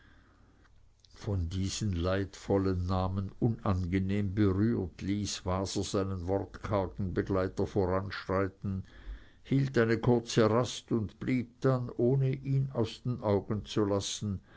von diesen leidvollen namen unangenehm berührt ließ waser seinen wortkargen begleiter voranschreiten hielt eine kurze rast und blieb dann ohne ihn aus den augen zu lassen